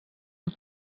amb